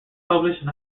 published